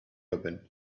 open